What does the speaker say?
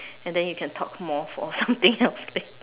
and then you can talk more for something else I think